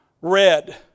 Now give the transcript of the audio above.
red